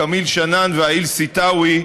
כמיל שנאן והאיל סתאוי,